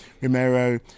Romero